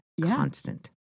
constant